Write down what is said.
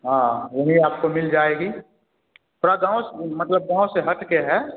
हाँ वहीं आपको मिल जाएगी थोड़ा गाँव से मतलब गाँव से हट के है